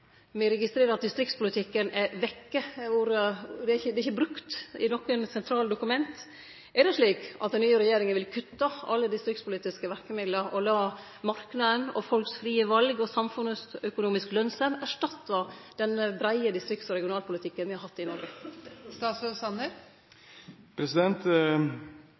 me at Regionaldepartementet er vekk. Me registrerer at distriktspolitikken er vekk. Ordet er ikkje brukt i noko sentralt dokument. Er det slik at den nye regjeringa vil kutte alle distriktspolitiske verkemiddel og la marknaden, folks frie val og samfunnsøkonomisk lønnsemd erstatte den breie distrikts- og regionalpolitikken me har hatt i Noreg?